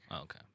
Okay